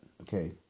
okay